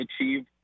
achieve